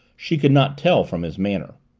she could not tell from his manner.